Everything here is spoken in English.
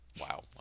Wow